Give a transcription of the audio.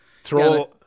Throw